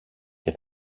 και